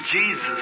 Jesus